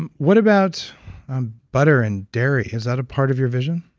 and what about butter and dairy? is that a part of your vision?